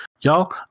y'all